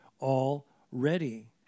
already